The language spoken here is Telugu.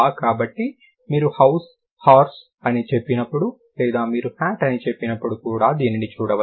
కాబట్టి మీరు హౌస్ హార్స్ అని చెప్పినప్పుడు లేదా మీరు హ్యాట్ అని చెప్పినపుడు కూడా దీనిని చూడవచ్చు